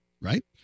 right